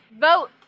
vote